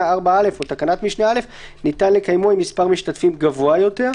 4(א) או תקנת משנה (א) ניתן לקיימו עם מספר משתתפים גבוה יותר".